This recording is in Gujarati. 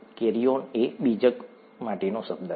કેરીઓન એ બીજક માટેનો શબ્દ છે